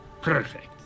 Perfect